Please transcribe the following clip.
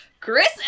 Chris